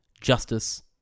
justice